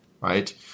right